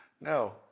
No